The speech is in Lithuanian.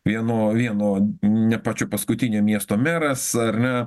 vieno vieno ne pačio paskutinio miesto meras ar ne